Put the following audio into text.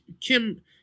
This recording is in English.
Kim